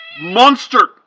monster